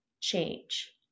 change